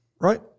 right